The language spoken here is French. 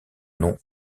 nom